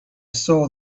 saw